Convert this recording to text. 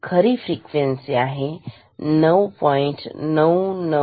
खरी फ्रिक्वेन्सी आहे 9